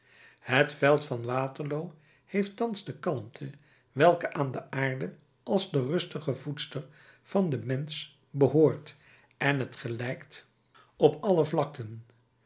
het veld van waterloo heeft thans de kalmte welke aan de aarde als de rustige voedster van den mensch behoort en het gelijkt op alle vlakten